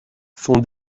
son